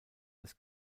des